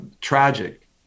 tragic